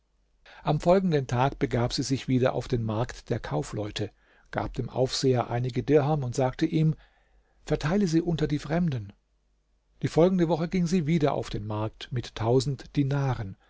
am folgenden tag begab sie sich wieder auf den markt der kaufleute gab dem aufseher einige dirham und sagte ihm verteile sie unter die fremden die folgende woche ging sie wieder auf den markt mit tausend dinaren